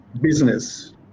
business